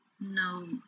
no